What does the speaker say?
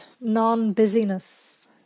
non-busyness